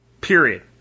period